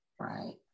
Right